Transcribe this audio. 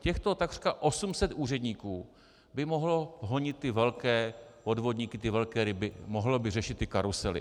Těchto takřka 800 úředníků by mohlo honit ty velké podvodníky, ty velké ryby, mohlo by řešit ty karusely.